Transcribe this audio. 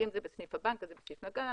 אם זה בסניף הבנק זה בסניף הבנק,